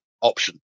option